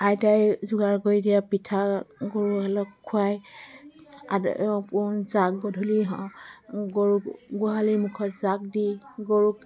আইতাই যোগাৰ কৰি দিয়া পিঠা গৰুহালক খোৱাই গধূলি গৰু গোহালিৰ মুখত জাক দি গৰুক